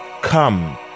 Come